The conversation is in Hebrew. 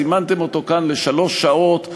זימנתם אותו לכאן לשלוש שעות,